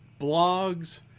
Blogs